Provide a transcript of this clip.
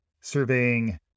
surveying